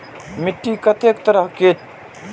मिट्टी कतेक तरह के?